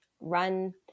run